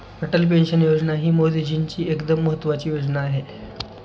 Atal pension योजना ही मोदीजींची एकदम महत्त्वाची योजना आहे